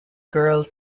girl